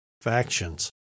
factions